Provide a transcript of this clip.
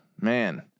Man